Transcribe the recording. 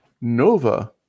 Nova